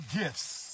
gifts